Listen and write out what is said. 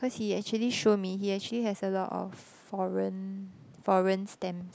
cause he actually show me he actually has a lot of foreign foreign stamps